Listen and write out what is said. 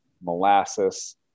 molasses